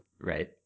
right